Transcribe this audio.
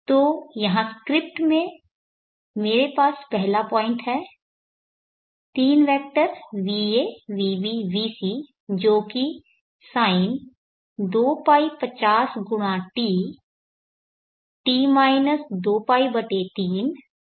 तो यहाँ स्क्रिप्ट में मेरे पास पहला पॉइंट है तीन वेक्टर va vb vc जो कि sin 2 π50 × t t 2π3 t 4π3